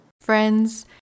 Friends